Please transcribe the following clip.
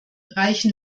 reichen